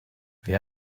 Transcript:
wer